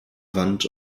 wand